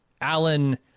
alan